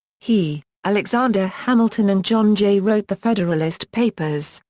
he, alexander hamilton and john jay wrote the federalist papers,